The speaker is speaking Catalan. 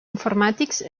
informàtics